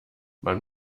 man